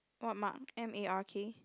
what mark M A R K